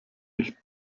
nicht